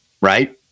right